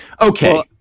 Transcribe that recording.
Okay